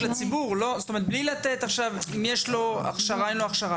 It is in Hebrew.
זאת אומרת, בלי לתת מידע על ההכשרה שיש לו.